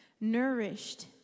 Nourished